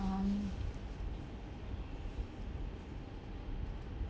um